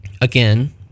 Again